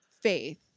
faith